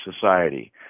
society